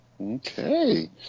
Okay